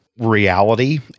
reality